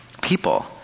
people